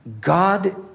God